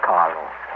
Carlos